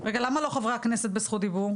רגע, למה לא חברי הכנסת בזכות דיבור?